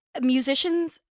musicians